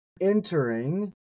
entering